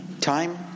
time